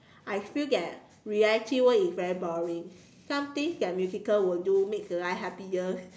I feel that reality world is very boring some things that musical will do make the life happier